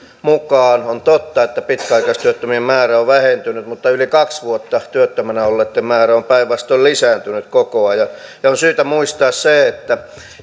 mukaan on totta että pitkäaikaistyöttömien määrä on vähentynyt mutta yli kaksi vuotta työttömänä olleiden määrä on päinvastoin lisääntynyt koko ajan on syytä muistaa se että